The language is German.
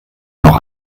noch